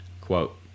quote